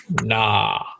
nah